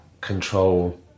control